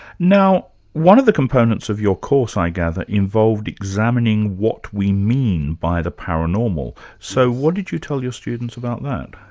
now one of the components of your course, i gather, involved examining what we mean by the paranormal. so what did you tell your students about that?